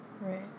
Right